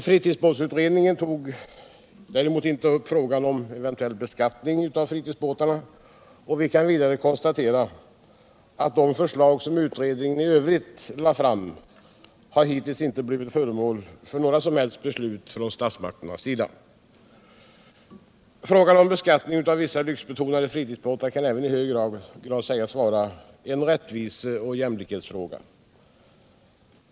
Fritidsbatutredningen tog däremot inte upp frågan om eventuell beskattning av friudsbätarna. Vi kan vidare konstatera att de förslag som utredningen i övrigt lade fråm hittills inte har blivit föremål för nägra beslut från stutsmakternas sida. Frågan om beskattning av vissa lyxbetonade fritidsbåtar kan även i hög grad sägas vara en rättvise och jämlikhetsfråga.